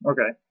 Okay